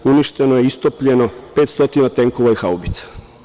Uništeno je, istopljeno 500 tenkova i haubica.